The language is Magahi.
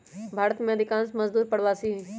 भारत में अधिकांश मजदूर प्रवासी हई